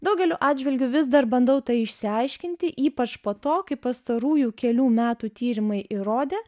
daugeliu atžvilgiu vis dar bandau tai išsiaiškinti ypač po to kai pastarųjų kelių metų tyrimai įrodė